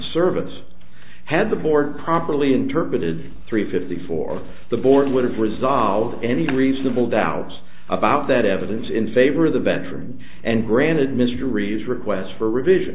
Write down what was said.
service had the board properly interpreted three fifty four the board would have resolved any reasonable doubts about that evidence in favor of the veteran and granted mystery's requests for revision